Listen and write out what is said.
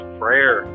prayer